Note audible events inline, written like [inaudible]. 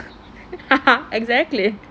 [laughs] exactly